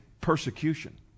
persecution